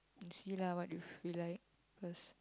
see lah what if we like cause